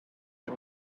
too